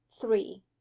three